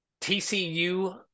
TCU